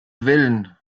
willen